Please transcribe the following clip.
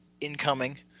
incoming